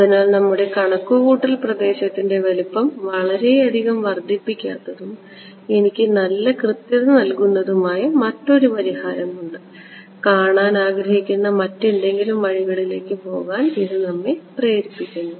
അതിനാൽ നമ്മുടെ കണക്കുകൂട്ടൽ പ്രദേശത്തിൻറെ വലുപ്പം വളരെയധികം വർദ്ധിപ്പിക്കാത്തതും എനിക്ക് നല്ല കൃത്യത നൽകുന്നതുമായ മറ്റൊരു പരിഹാരമുണ്ടെന്ന് കാണാൻ ആഗ്രഹിക്കുന്ന മറ്റെന്തെങ്കിലും വഴികളിലേക്ക് പോകാൻ ഇത് നമ്മെ പ്രേരിപ്പിക്കുന്നു